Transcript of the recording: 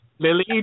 Lily